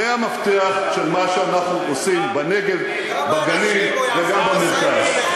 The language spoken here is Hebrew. זה המפתח של מה שאנחנו עושים בנגב וגם במרכז.